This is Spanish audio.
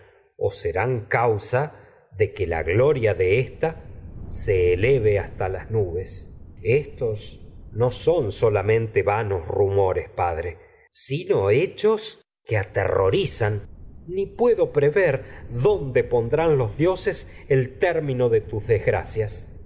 o se serán causa de que la glo sola de ésta eleve hasta las nubes estos no son mente vanos rumores padre sino hechos que aterro rizan ni puedo prever dónde pondrán los dioses el término de tus desgracias